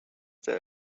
der